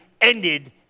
ended